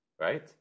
right